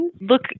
Look